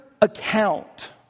account